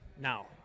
now